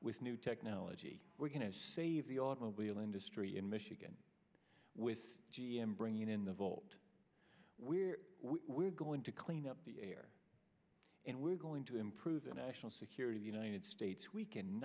with new technology we're going to save the automobile industry in michigan with g m bringing in the volt we're we're going to clean up the air and we're going to improve the national security the united states we can